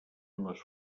les